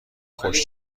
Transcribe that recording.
خوش